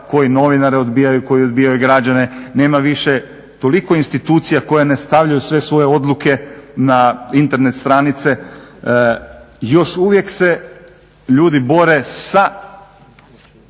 koji novinare odbijaju, koji odbijaju građane, nema više toliko institucija koje nastavljaju sve svoje odluke na Internet stranice. Još uvijek se ljudi bore sa